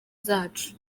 zacu